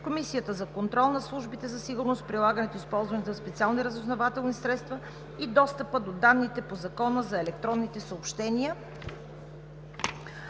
Комисията за контрол над службите за сигурност, прилагането и използването на специалните разузнавателни средства и достъпа до данните по Закона за електронните съобщения.